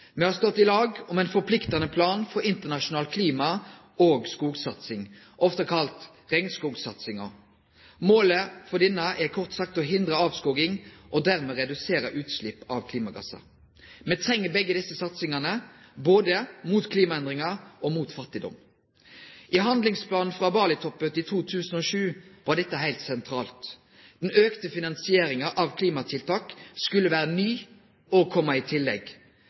Me har stått i lag om ein forpliktande plan for internasjonalt klima og skogsatsing, ofte kalla regnskogsatsinga. Målet er kort sagt å hindre avskoging og dermed redusere utslepp av klimagassar. Me treng begge desse satsingane både mot klimaendringar og mot fattigdom. I handlingsplanen frå Bali-toppmøtet i 2007 var dette heilt sentralt. Den auka finansieringa av klimatiltak skulle vere ny og kome i tillegg,